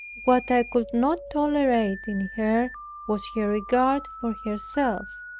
what i could not tolerate in her was her regard for herself.